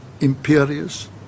imperious